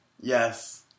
Yes